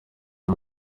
nta